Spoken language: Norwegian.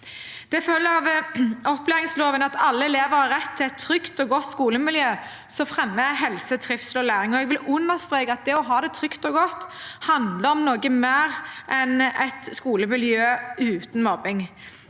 Det følger av opplæringsloven at alle elever har rett til et trygt og godt skolemiljø som fremmer helse, trivsel og læring. Jeg vil understreke at det å ha det trygt og godt handler om noe mer enn et skolemiljø uten mobbing.